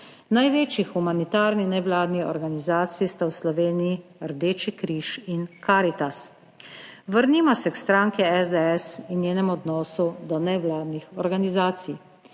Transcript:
Največji humanitarni nevladni organizaciji sta v Sloveniji Rdeči križ in Karitas. Vrnimo se k stranki SDS in njenem odnosu do nevladnih organizacij.